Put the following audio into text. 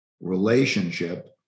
relationship